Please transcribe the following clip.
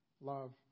love